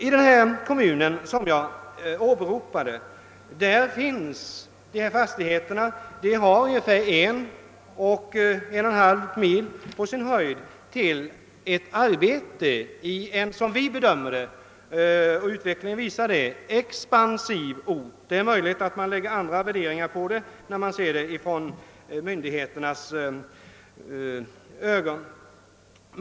I den kommun jag åberopat finns alltså dessa fastigheter, som successivt kommer att bli till salu. Det är en eller på sin höjd en och en halv mil till en — som vi bedömer det och enligt vad utvecklingen visar — expansiv ort där det finns arbete. Det är möjligt att man gör andra värderingar när man ser saken med myndigheternas ögon.